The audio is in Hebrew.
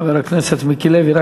חבר הכנסת מיקי לוי,